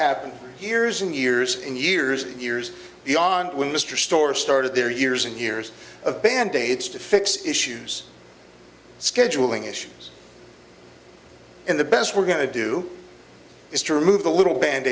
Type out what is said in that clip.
happening here's in years and years and years beyond when mr store started their years and years of band aids to fix issues scheduling issues in the best we're going to do is to remove the little band